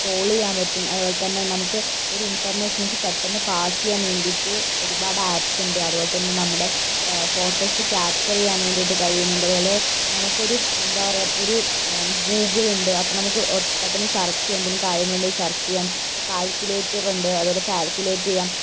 call ചെയ്യാൻ പറ്റും അതുപോലെതന്നെ നമുക്ക് ഒര് ഇൻഫർമേഷൻസ് പെട്ടെന്ന് പാസ്സ് ചെയ്യാൻ വേണ്ടിയിട്ട് ഒരുപാട് ആപ്പ്സുണ്ട് അതുപോലെതന്നെ നമ്മുടെ ഫോട്ടോസ് കാപ്ച്ചർ ചെയ്യാൻ വേണ്ടിയിട്ട് കഴിയുന്നുണ്ട് അതുപോലെ നമുക്കൊരു എന്താ പറയുക ഒരു ഗൂഗിളുണ്ട് അപ്പോൾ നമുക്ക് ഓഹ് പെട്ടെന്ന് സെർച്ച് ചെയ്യാം എന്തെങ്കിലും കാര്യങ്ങളുണ്ടെങ്കിൽ സെർച്ച് ചെയ്യാം ഇപ്പോൾ കാൽക്കുലേറ്ററുണ്ട് അതുപോലെ കാൽക്കുലേറ്റ് ചെയ്യാം